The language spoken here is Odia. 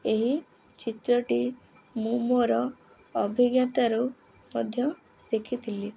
ଏହି ଚିତ୍ରଟି ମୁଁ ମୋର ଅଭିଜ୍ଞତାରୁ ମଧ୍ୟ ଶିଖିଥିଲି